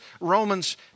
Romans